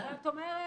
אז את אומרת,